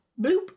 bloop